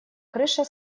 крыша